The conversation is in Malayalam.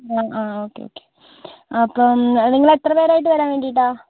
ആ ആ ഓക്കേ ഓക്കേ അപ്പം നിങ്ങൾ എത്ര പേരായിട്ട് വരാൻ വേണ്ടിയിട്ടാണ്